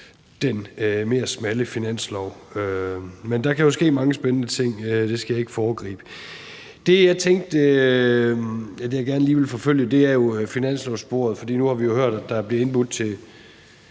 den mere smalle finanslov. Men der kan jo ske mange spændende ting, det skal jeg ikke foregribe. Det, jeg tænkte, at jeg gerne lige vil forfølge, er finanslovssporet, for nu har vi jo hørt, at der bliver indbudt til